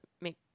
make